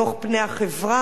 דוח פני החברה,